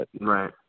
Right